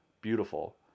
Beautiful